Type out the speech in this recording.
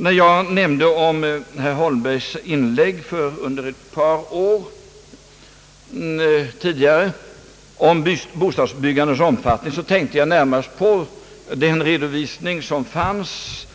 När jag nämnde om herr Holmbergs inlägg under ett par år beträffande bostadsbyggandets omfattning, så tänkte jag närmast på den redovisning som fanns